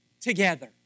together